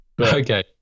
okay